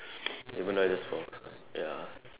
even though I just fall ya